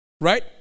Right